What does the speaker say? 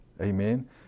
Amen